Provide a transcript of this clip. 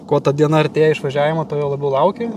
kuo ta diena artėja išvažiavimo to jo labiau lauki